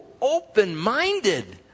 open-minded